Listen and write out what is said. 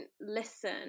listen